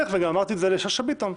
וגם אמרתי את זה לשאשא ביטון,